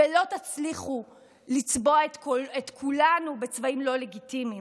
ולא תצליחו לצבוע את כולנו בצבעים לא לגיטימיים,